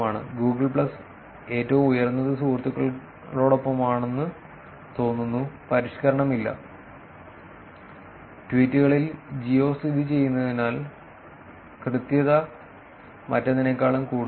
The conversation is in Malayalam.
ഗൂഗിൾ പ്ലസ് ഏറ്റവും ഉയർന്നത് സുഹൃത്തുക്കളോടൊപ്പമാണെന്ന് തോന്നുന്നു പരിഷ്ക്കരണമില്ല ട്വീറ്റുകളിൽ ജിയോ സ്ഥിതി ചെയ്യുന്നതിനാൽ കൃത്യത മറ്റെന്തിനെക്കാളും കൂടുതലാണ്